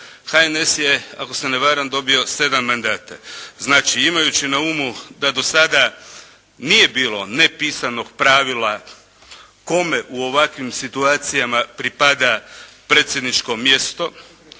HNS je ako se ne varam dobio 7 mandata. Znači imajući na umu da do sada nije bilo nepisanog pravila kome u ovakvim situacijama pripada predsjedničko mjesto,